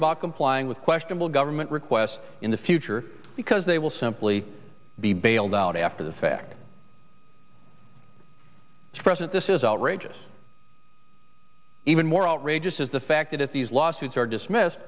about complying with questionable government requests in the future because they will simply be bailed out after the fact present this is outrageous even more outrageous is the fact that at these lawsuits are dismissed